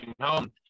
home